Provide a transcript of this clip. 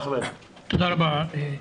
תודה רבה.